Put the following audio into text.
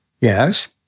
yes